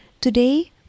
Today